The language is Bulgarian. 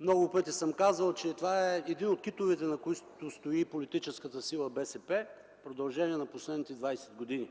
Много пъти съм казвал, че това е един от китовете, на които стои политическата сила БСП в продължение на последните 20 години.